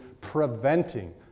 preventing